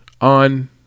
on